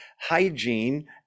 hygiene